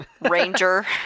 Ranger